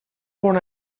bon